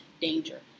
danger